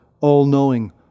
all-knowing